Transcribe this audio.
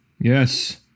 Yes